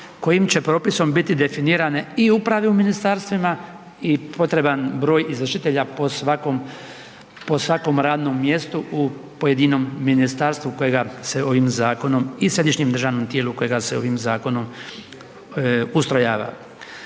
kojim će propisom biti definirane i upravljanje ministarstvima i potreban broj izvršitelja po svakom radnom mjestu u pojedinom ministarstvu kojega se ovim zakonom i središnjem državnom tijelu koja se ovim zakonom ustrojava.